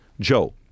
Joe